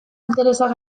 interesak